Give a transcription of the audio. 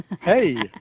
Hey